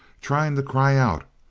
trying to cry out.